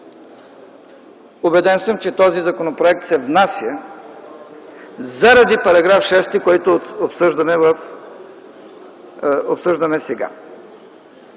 Убеден съм, че този законопроект се внася заради § 6, който обсъждаме сега.